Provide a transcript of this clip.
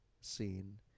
scene